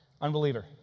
Unbeliever